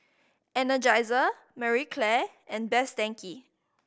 Energizer Marie Claire and Best Denki